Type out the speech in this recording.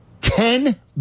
ten